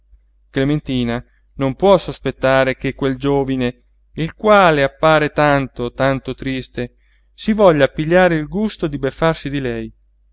clementina non può sospettare che quel giovine il quale appare tanto tanto triste si voglia pigliare il gusto di beffarsi di lei